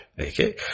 Okay